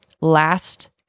Last